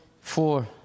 four